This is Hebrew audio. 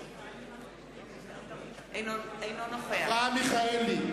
אינו נוכח אברהם מיכאלי?